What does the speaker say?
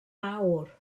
awr